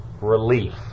Relief